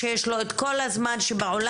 שיש לו את כל הזמן שבעולם,